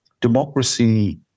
democracy